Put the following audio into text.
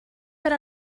per